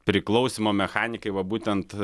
priklausymo mechanikai va būtent